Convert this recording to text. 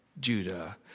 Judah